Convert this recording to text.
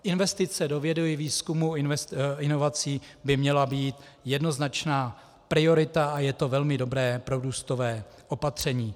Investice do vědy, výzkumu a inovací by měla být jednoznačná priorita a je to velmi dobré prorůstové opatření.